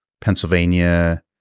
Pennsylvania